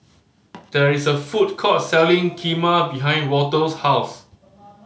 there is a food court selling Kheema behind Walter's house